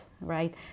right